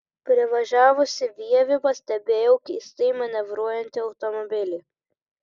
privažiavusi vievį pastebėjau keistai manevruojantį automobilį